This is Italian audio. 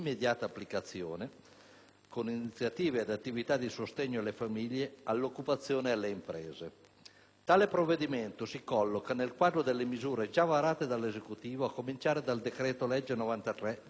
con iniziative ed attività di sostegno alle famiglie, all'occupazione ed alle imprese. Tale provvedimento si colloca nel quadro delle misure già varate dall'Esecutivo, a cominciare dal decreto-legge n. 93 dello scorso